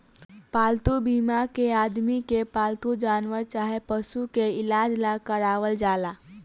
पालतू बीमा के आदमी के पालतू जानवर चाहे पशु के इलाज ला करावल जाला